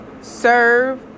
serve